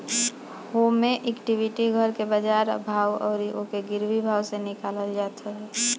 होमे equity घर के बाजार भाव अउरी ओके गिरवी भाव से निकालल जात हवे